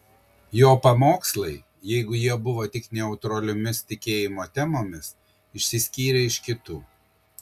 jo pamokslai jeigu jie buvo tik neutraliomis tikėjimo temomis išsiskyrė iš kitų